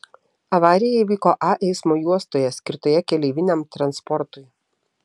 avarija įvyko a eismo juostoje skirtoje keleiviniam transportui